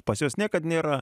pas juos niekad nėra